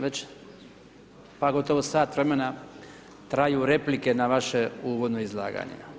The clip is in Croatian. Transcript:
Već pa gotovo sat vremena traju replike na vaše uvodno izlaganje.